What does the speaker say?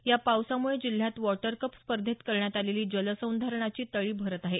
या पावसामुळे जिल्ह्यात वॉटर कप स्पर्धेत करण्यात आलेली जलसंधारणाची तळी भरत आहेत